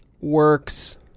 works